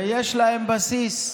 ויש להם בסיס.